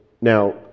now